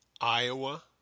Iowa